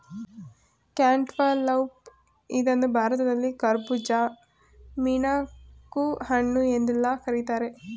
cantaloupe ಇದನ್ನು ಭಾರತದಲ್ಲಿ ಕರ್ಬುಜ, ಮಿಣಕುಹಣ್ಣು ಎಂದೆಲ್ಲಾ ಕರಿತಾರೆ